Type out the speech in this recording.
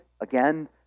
again